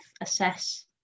assess